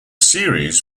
series